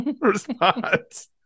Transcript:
response